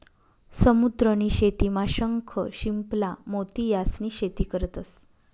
समुद्र नी शेतीमा शंख, शिंपला, मोती यास्नी शेती करतंस